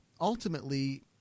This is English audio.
ultimately